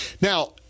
Now